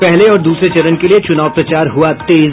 पहले और दूसरे चरण के लिए चुनाव प्रचार हुआ तेज